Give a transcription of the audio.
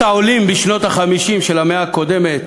בעולים בשנות ה-50 של המאה הקודמת,